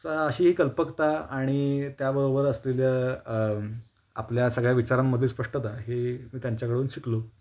स अशी ही कल्पकता आणि त्याबरोबर असलेल्या आपल्या सगळ्या विचारांमध्ये स्पष्टता हे मी त्यांच्याकडून शिकलो